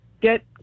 get